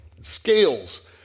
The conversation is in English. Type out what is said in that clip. Scales